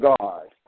God